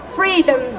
freedom